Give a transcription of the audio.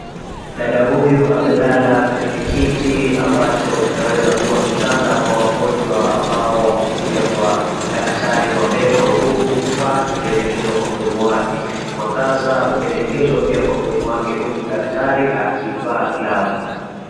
Dada huyu amelala kwenye kiti ambacho kunaweza kuwa kitanda kwa wagonjwa ambao wamekuja kwa daktari wa meno huku kifaa kimeelekezwa kwa mdomo wale. Mwangaza pia umeelekezwa kwa mdomo huku daktari kivaa glavu.